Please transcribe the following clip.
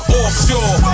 offshore